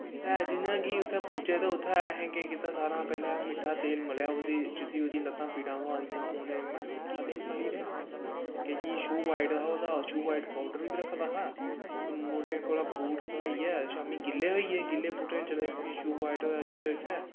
ते जियां कि उत्थें पुज्जे ते उत्थै असें केह् कीता सारें शा पैह्लें मिट्ठा तेल मलेआ उसी जिसी ओह्दी लत्तां पीड़ा होआ दियां हां उ'नेंगी मिट्ठा तेल मली ओड़ेआ ते केइयें गी शू बाईट होआ दा हा शू बाईट पौडर बी रक्खे दे हा ते मुड़ें कोला दा बूट खल्हाइयै शाम्मी गिल्ले होई गे गिल्ले बूटें दे चले दे फ्ही शूज़ बाइट होएदा हा जित्थें जित्थें